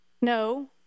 No